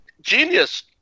Genius